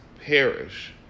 perish